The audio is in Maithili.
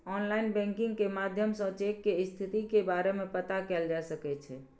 आनलाइन बैंकिंग के माध्यम सं चेक के स्थिति के बारे मे पता कैल जा सकै छै